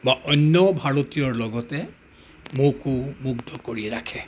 বা অন্য ভাৰতীয়ৰ লগতে মোকো মুগ্ধ কৰি ৰাখে